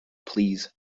please